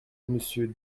monsieur